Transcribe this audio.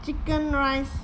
chicken rice